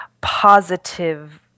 positive